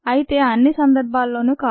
అయితే అన్ని సందర్భాల్లో కాదు